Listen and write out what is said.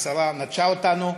השרה נטשה אותנו,